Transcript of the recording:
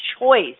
choice